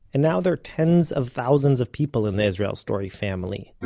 and now there are tens of thousands of people in the israel story family.